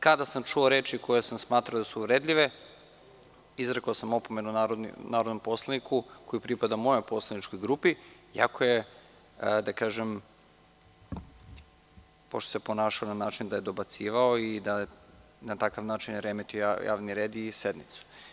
Kada sam čuo reči koje sam smatrao da su uvredljive izrekao sam opomenu narodnom poslaniku, koji pripada mojoj poslaničkoj grupi, pošto se ponašao na način da je dobacivao i na takav način je remetio javni red i sednicu.